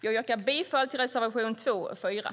Jag yrkar bifall till reservationerna 2 och 6.